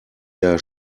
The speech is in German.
der